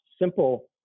simple